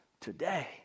today